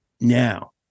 now